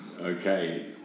Okay